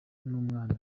n’umwana